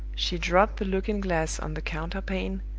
she dropped the looking-glass on the counterpane,